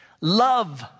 love